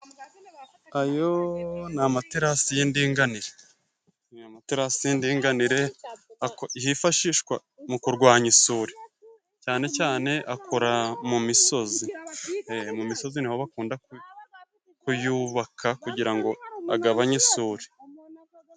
Ayo ni amaterasi y'indinganire .Ni amaterasi y'indinganire, Ako yifashishwa mu kurwanya isuri .Cyane cyane akora mu misozi. E mu misozi niho akunda kuyu kuyubaka kugira ngo agabanye isuri.